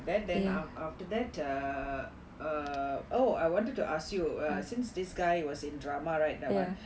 that then after that err err oh I wanted to ask you err since this guy was in drama right that [one]